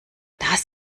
das